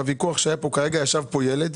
בוויכוח שהיה פה כרגע ישב פה ילד,